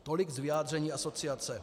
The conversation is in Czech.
Tolik z vyjádření asociace.